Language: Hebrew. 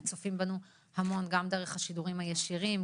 כי צופים בנו המון גם דרך השידורים הישירים,